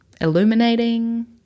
illuminating